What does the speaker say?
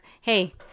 Hey